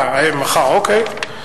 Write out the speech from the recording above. מחר, אוקיי.